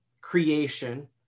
creation